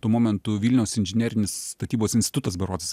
tuo momentu vilniaus inžinerinis statybos institutas berods